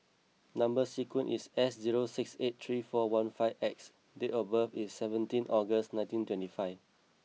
number sequence is S zero six eight three four one five X date of birth is seventeen August nineteen twenty five